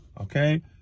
okay